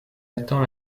attend